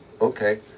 okay